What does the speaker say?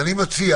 אני מציע